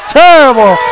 terrible